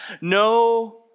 no